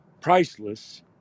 priceless